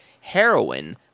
heroin